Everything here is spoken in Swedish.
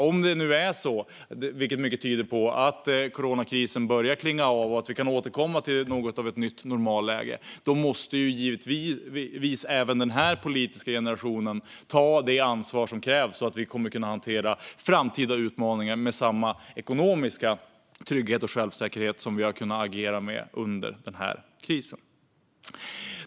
Om det nu är så, vilket mycket tyder på, att coronakrisen börjar klinga av och vi kan återvända till ett mer normalt läge måste även denna politiska generation ta det ansvar som krävs så att vi kan hantera framtida utmaningar med samma ekonomiska trygghet och självsäkerhet som vi har gjort under denna kris.